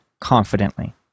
confidently